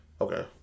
Okay